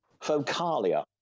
focalia